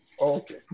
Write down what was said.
Okay